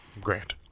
Grant